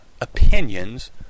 opinions